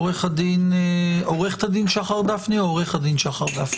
עורכת הדין עדי אייברמס,